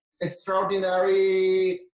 extraordinary